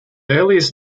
earliest